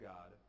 God